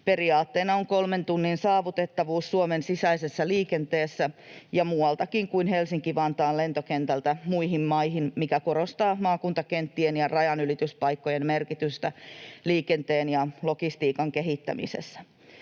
Periaatteena on kolmen tunnin saavutettavuus Suomen sisäisessä liikenteessä ja muualtakin kuin Helsinki-Vantaan lentokentältä muihin maihin, mikä korostaa maakuntakenttien ja rajanylityspaikkojen merkitystä liikenteen ja logistiikan kehittämisessä.